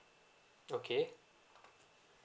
okay